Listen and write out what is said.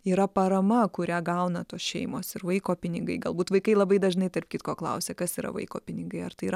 yra parama kurią gauna tos šeimos ir vaiko pinigai galbūt vaikai labai dažnai tarp kitko klausia kas yra vaiko pinigai ar tai yra